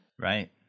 Right